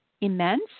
immense